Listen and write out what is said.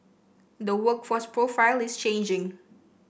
the workforce profile is changing